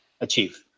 achieve